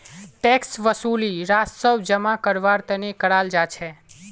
tax वसूली राजस्व जमा करवार तने कराल जा छे